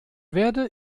werde